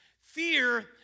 fear